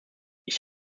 ich